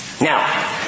Now